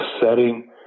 setting